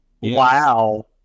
Wow